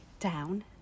down